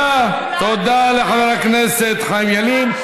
תודה לחבר הכנסת חיים ילין.